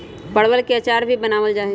परवल के अचार भी बनावल जाहई